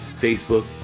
Facebook